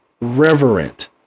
reverent